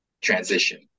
transition